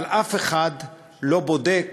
אבל אף אחד לא בודק,